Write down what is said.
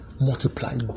Multiply